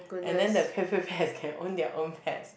and then the Petpetpet can own their own pets